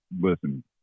listen